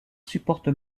supporte